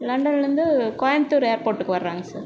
லண்டன்லேருந்து கோயமுத்தூர் ஏர்ப்போட்டுக்கு வராங்கள் சார்